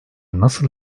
nasıl